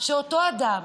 שאותו אדם